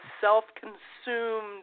self-consumed